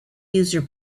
user